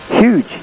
huge